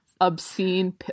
obscene